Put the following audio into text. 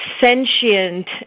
sentient